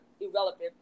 irrelevant